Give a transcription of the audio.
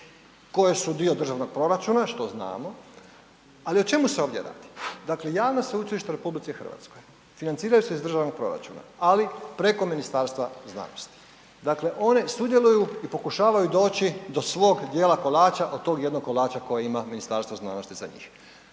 koje su dio državnog proračuna, što znamo, ali o čemu se ovdje radi? Dakle, javno sveučilišta u RH financiraju se iz državnog proračuna, ali preko Ministarstva znanosti. Dakle one sudjeluju i pokušavaju doći do svog dijela kolača od tog jednog kolega koje ima Ministarstvo znanosti za njih.